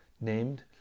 named